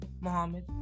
Mohammed